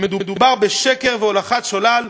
מדובר בשקר והולכת שולל,